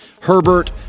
Herbert